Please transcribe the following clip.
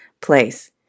place